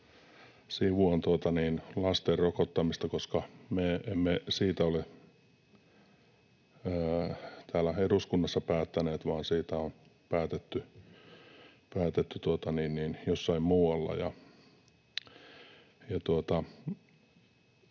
sivuan lasten rokottamista, koska me emme siitä ole täällä eduskunnassa päättäneet vaan siitä on päätetty jossain muualla: